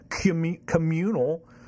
communal